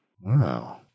Wow